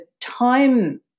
time